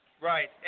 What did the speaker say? Right